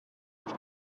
each